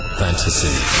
fantasy